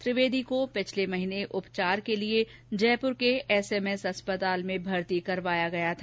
त्रिवेदी को पिछले महीने उपचार के लिए जयपूर के एसएमएस अस्पताल में भर्ती करवाया गया था